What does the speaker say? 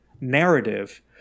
narrative